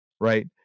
right